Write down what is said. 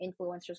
influencers